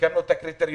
סיכמנו על הקריטריונים,